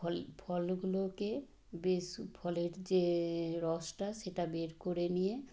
ফল ফলগুলোকে বেশ ফলের যে রসটা সেটা বের করে নিয়ে